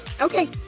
Okay